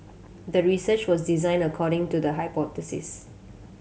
the research was designed according to the hypothesis